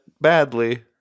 badly